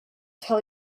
tell